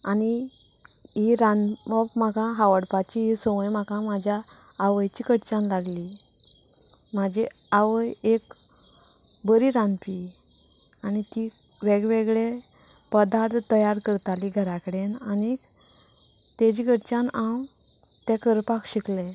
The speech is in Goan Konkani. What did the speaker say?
आनी ही रांदप म्हाका आवडपाची संवय म्हाका म्हाज्या आवयची कडच्यान लागली म्हाजी आवय एक बरी रांदपी आनी ती वेगवेगळे पदार्थ तयार करताली घरा कडेन आनीक तेजे कडच्यान हांव ते करपाक शिकलें